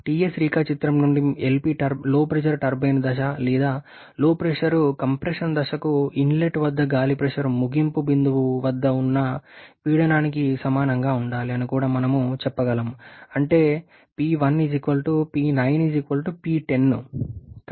Ts రేఖాచిత్రం నుండి LP turbine దశ లేదా LP కంప్రెషన్ దశకు ఇన్లెట్ వద్ద గాలి ప్రెషర్ ముగింపు బిందువు వద్ద ఉన్న పీడనానికి సమానంగా ఉండాలి అని కూడా చెప్పగలం అంటే మనకు ఇవి ఉన్నాయి